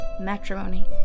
matrimony